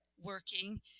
working